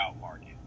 market